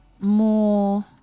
more